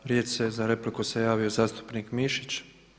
Za riječ za repliku se javio zastupnik Mišić.